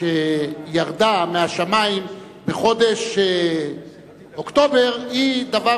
שירדה מהשמים בחודש אוקטובר היא דבר